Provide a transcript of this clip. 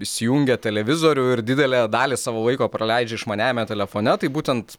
įsijungia televizorių ir didelę dalį savo laiko praleidžia išmaniajame telefone tai būtent